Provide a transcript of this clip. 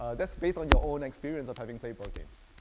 ah that's based on your own experience of having played board games.